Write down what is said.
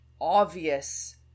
obvious